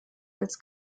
als